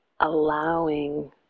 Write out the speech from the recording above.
Allowing